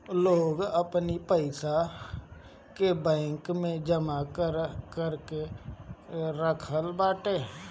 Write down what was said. लोग अपनी पईसा के बैंक में जमा करके रखत बाटे